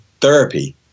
therapy